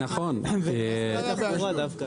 דוד,